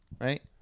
Right